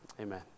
Amen